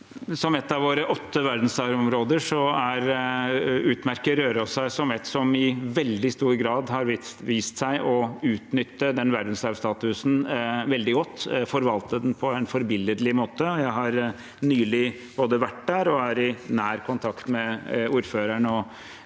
Som ett av våre åtte verdensarvområder utmerker Røros seg som et som i veldig stor grad har vist seg å utnytte den verdensarvstatusen veldig godt og forvalte den på en forbilledlig måte. Jeg har nylig vært der og er i nær kontakt med ordføreren og mange